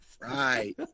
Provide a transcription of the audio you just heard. Right